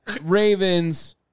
Ravens